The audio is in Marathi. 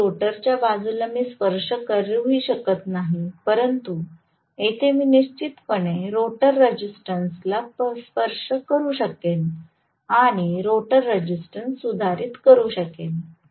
अगदी रोटरच्या बाजूला मी स्पर्श पण करू शकत नाही परंतु येथे मी निश्चितपणे रोटर रेसिस्टन्स ला स्पर्श करू शकेन आणि रोटर रेसिस्टन्स सुधारित करू शकेन